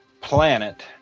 planet